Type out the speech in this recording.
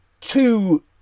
two